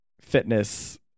fitness